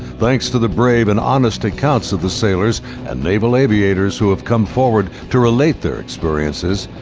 thanks to the brave and honest accounts of the sailors and naval aviators who have come forward to relate their experiences,